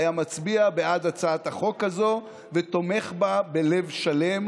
היה מצביע בעד הצעת החוק הזאת ותומך בה בלב שלם,